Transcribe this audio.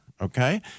okay